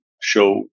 show